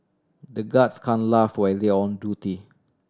the guards can laugh when they are on duty